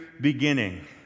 beginning